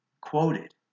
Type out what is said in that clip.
quoted